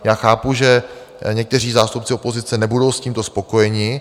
Já chápu, že někteří zástupci opozice nebudou s tímto spokojeni.